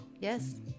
Yes